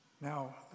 Now